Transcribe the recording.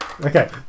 okay